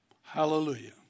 Hallelujah